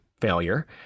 failure